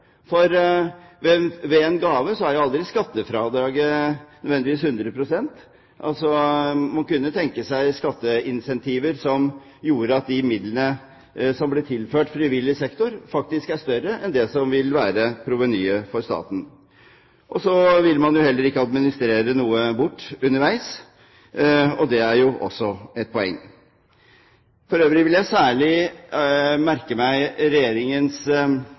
for ved en gave er ikke skattefradraget nødvendigvis 100 pst. Man kunne tenke seg skatteincentiver som gjorde at de midlene som ble tilført frivillig sektor, faktisk var større enn det som vil være provenyet for staten. Så vil man heller ikke administrere noe bort underveis, og det er jo også et poeng. For øvrig vil jeg særlig merke meg Regjeringens